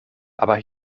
aber